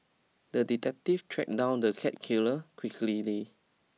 the detective tracked down the cat killer quickly